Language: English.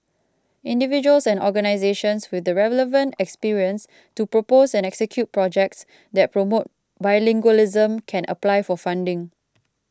individuals and organisations with the relevant experience to propose and execute projects that promote bilingualism can apply for funding